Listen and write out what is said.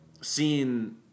seeing